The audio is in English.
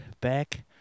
back